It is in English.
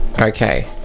Okay